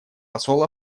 посол